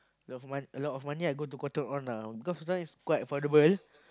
a lot of mon~ a lot of money I go to Cotton-On lah because sometimes quite affordable